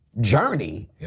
Journey